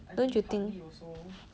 don't you think